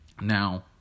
Now